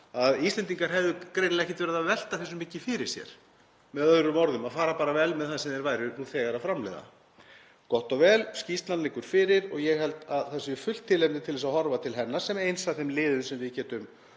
að Íslendingar hefðu greinilega ekkert verið að velta þessu mikið fyrir sér, með öðrum orðum, þeir ættu að fara bara vel með það sem þeir væru nú þegar að framleiða. Gott og vel, skýrslan liggur fyrir og ég held að það sé fullt tilefni til þess að horfa til hennar sem eins af þeim liðum sem við getum